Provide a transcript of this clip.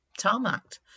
tarmacked